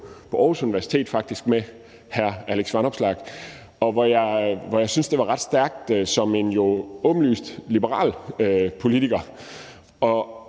på Aarhus Universitet – faktisk med hr. Alex Vanopslagh – hvor jeg syntes, det var ret stærkt af ham som en jo åbenlyst liberal politiker